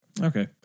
Okay